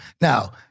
now